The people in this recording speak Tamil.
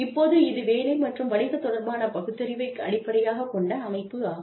இப்போது இது வேலை மற்றும் வணிக தொடர்பான பகுத்தறிவை அடிப்படையாகக் கொண்ட அமைப்பு ஆகும்